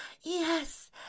yes